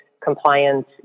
compliance